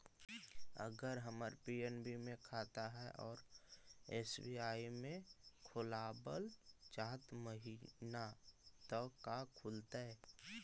अगर हमर पी.एन.बी मे खाता है और एस.बी.आई में खोलाबल चाह महिना त का खुलतै?